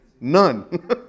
None